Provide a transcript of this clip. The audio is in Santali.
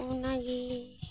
ᱚᱱᱟᱜᱮ